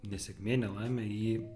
nesėkmė nelaimė jį